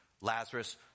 Lazarus